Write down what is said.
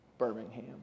Birmingham